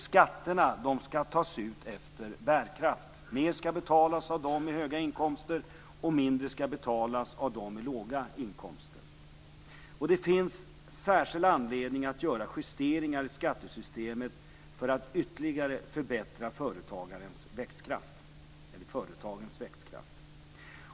Skatterna skall tas ut efter bärkraft. Mer skall betalas av dem med höga inkomster, och mindre skall betalas av dem med låga inkomster. Det finns särskild anledning att göra justeringar i skattesystemet för att ytterligare förbättra företagens växtkraft.